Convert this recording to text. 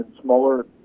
smaller